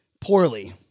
poorly